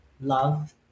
love